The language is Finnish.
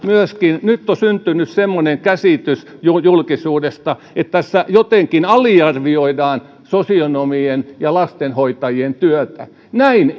myöskin kunnioittaa nyt on syntynyt semmoinen käsitys julkisuudesta että tässä jotenkin aliarvioidaan sosionomien ja lastenhoitajien työtä näin